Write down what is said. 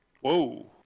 Whoa